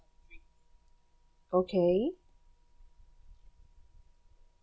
okay